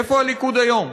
איפה הליכוד היום?